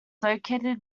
located